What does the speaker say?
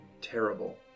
terrible